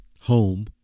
home